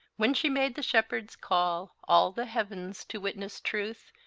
when she made the shepperde call all the heavens to wytnes truthe,